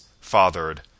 fathered